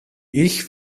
ich